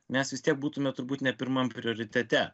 mes vis tiek būtume turbūt ne pirmam prioritete